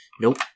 Nope